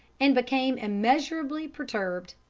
and became immeasurably perturbed.